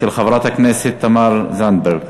הצעה מס' 715, של חברת הכנסת תמר זנדברג.